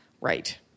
Right